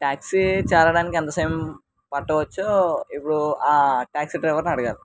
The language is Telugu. ట్యాక్సీ చేరడానికి ఎంత సమయం పట్టవచ్చో ఇప్పుడు ఆ ట్యాక్సీ డ్రైవర్ని అడగాలి